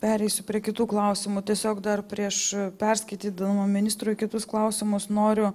pereisiu prie kitų klausimų tiesiog dar prieš perskaitydama ministre kitus klausimus noriu